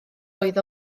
oedd